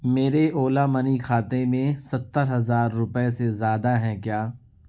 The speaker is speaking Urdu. میرے اولا منی کھاتے میں ستر ہزار روپے سے زیادہ ہیں کیا